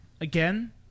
Again